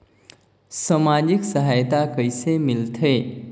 समाजिक सहायता कइसे मिलथे?